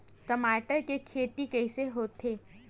टमाटर के खेती कइसे होथे?